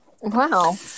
Wow